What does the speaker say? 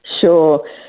sure